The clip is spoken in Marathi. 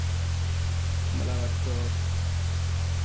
मला वाटतं